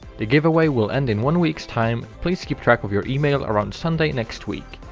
the giveaway will end in one week's time, please keep track of your email around sunday next week.